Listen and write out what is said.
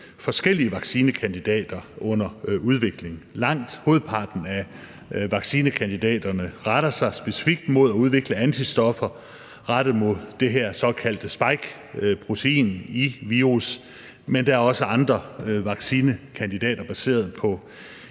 forskellige vaccinekandidater under udvikling. Langt hovedparten af vaccinekandidaterne retter sig specifikt mod at udvikle antistoffer rettet mod det her såkaldte spikeprotein i virus, men der er også andre vaccinekandidater baseret på